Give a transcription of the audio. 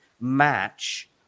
match